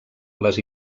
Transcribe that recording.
les